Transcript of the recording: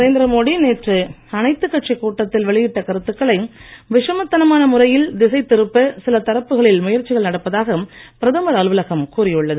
நரேந்திர மோடி நேற்று அனைத்துக் கட்சி கூட்டத்தில் வெளியிட்ட கருத்துக்களை விஷமத்தனமான முறையில் திசைதிருப்ப சில தரப்புகளில் முயற்சிகள் நடப்பதாக பிரதமர் அலுவலகம் கூறியுள்ளது